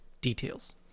details